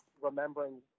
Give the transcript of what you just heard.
remembering